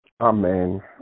Amen